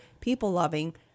people-loving